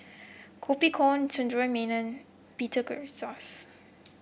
Koh Poh Koon Sundaresh Menon Peter Gilchrist